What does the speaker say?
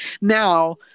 now